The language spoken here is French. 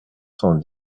cent